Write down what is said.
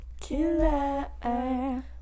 killer